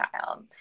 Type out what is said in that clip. child